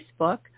Facebook